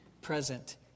present